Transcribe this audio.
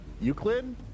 Euclid